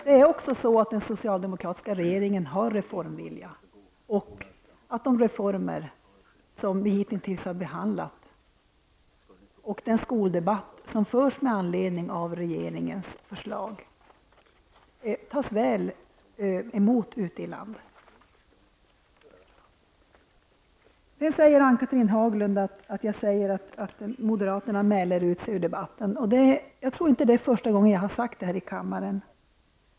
Det är också så att den socialdemokratiska regeringen har reformvilja, och de reformer som vi hitintills har genomfört och den skoldebatt som förs med anledning av regerings förslag tas väl emot ute i landet. Ann-Cathrine Haglund tog upp mitt påpekande om moderaterna mäler ut sig i debatten. Jag tror inte att det är första gången jag har sagt detta här i kammaren.